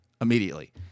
immediately